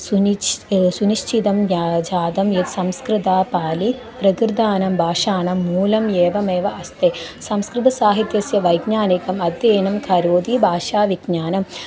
सुनिच् सुनिश्चितं ज्ञा झातं यत् संस्कृतं पालिः प्रकृतानां बाषाणां मूलम् एवमेव अस्ति संस्कृतसाहित्यस्य वैज्ञानिकम् अध्ययनं करोति भाषाविज्ञानं